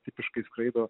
tipiškai skraido